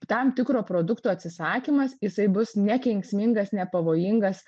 tam tikro produkto atsisakymas jisai bus nekenksmingas nepavojingas